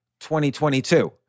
2022